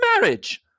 marriage